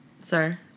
Sir